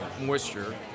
moisture